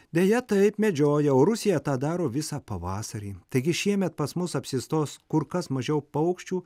deja taip medžioja o rusija tą daro visą pavasarį taigi šiemet pas mus apsistos kur kas mažiau paukščių